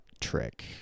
trick